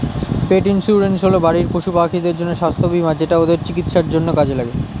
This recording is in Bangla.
পেট ইন্সুরেন্স হল বাড়ির পশুপাখিদের জন্য স্বাস্থ্য বীমা যেটা ওদের চিকিৎসার জন্য কাজে লাগে